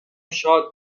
شاد